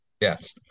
Yes